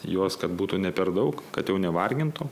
jos kad būtų ne per daug kad jau nevargintų